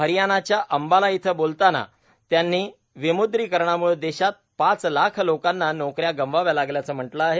हरियाणाच्या अंबाला इथं बोलताना त्यांनी विम्द्रीकरणाम्ळं देशात पाच लाख लोकांना नौकऱ्या गमवाव्या लागल्याचं म्हटलं आहे